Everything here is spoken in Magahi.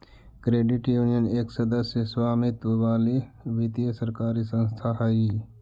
क्रेडिट यूनियन एक सदस्य स्वामित्व वाली वित्तीय सरकारी संस्था हइ